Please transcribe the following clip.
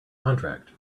contract